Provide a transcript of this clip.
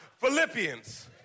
Philippians